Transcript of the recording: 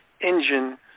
engine